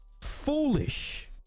foolish